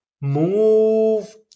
move